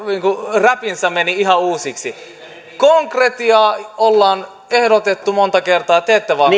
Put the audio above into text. räppinsä meni ihan uusiksi konkretiaa ollaan ehdotettu montaa kertaa te ette vaan